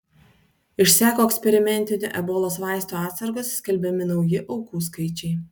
išseko eksperimentinių ebolos vaistų atsargos skelbiami nauji aukų skaičiai